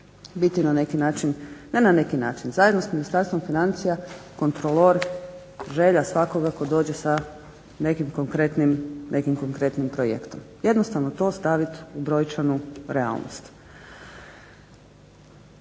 biti na neki način, ne na neki način, zajedno s ministarstvom financija kontrolor želja svakoga tko dođe s nekim konkretnim projektom. Jednostavno to staviti u brojčanu realnost.